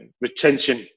retention